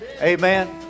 Amen